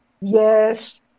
yes